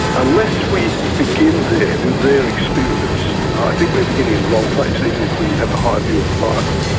unless we begin there with their experience i think we're beginning in the wrong place, even if we have a high view of the bible.